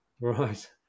Right